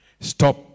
Stop